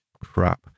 crap